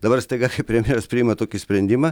dabar staiga kai premjeras priima tokį sprendimą